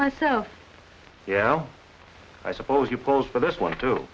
myself yeah i suppose you pose for this one too